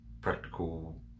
practical